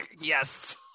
yes